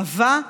עבה,